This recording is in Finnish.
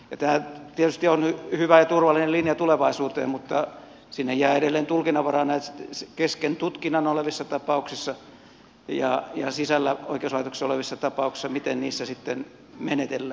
tämä tietysti on hyvä ja turvallinen linja tulevaisuuteen mutta sinne jää edelleen tulkinnanvaraa näissä kesken tutkinnan olevissa tapauksissa ja sisällä oikeuslaitoksissa olevissa tapauksissa miten niissä sitten menetellään